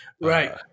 Right